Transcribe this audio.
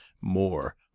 more